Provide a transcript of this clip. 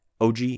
OG